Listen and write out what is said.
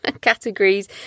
categories